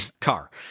car